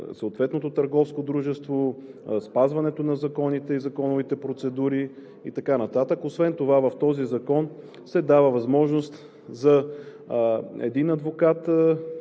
съответното търговско дружество, спазването на законите и законовите процедури и така нататък. Освен това в този законопроект се дава възможност един адвокат